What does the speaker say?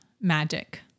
magic